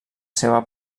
seva